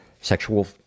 Sexual